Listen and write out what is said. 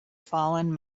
fallen